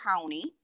county